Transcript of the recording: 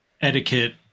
etiquette